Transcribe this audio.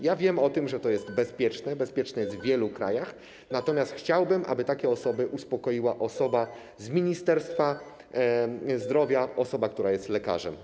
Ja wiem o tym, że to jest bezpieczne, jest bezpieczne w wielu krajach, natomiast chciałbym, aby takie osoby uspokoiła osoba z Ministerstwa Zdrowia, która jest lekarzem.